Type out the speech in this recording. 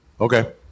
Okay